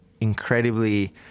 Incredibly